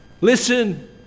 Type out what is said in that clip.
listen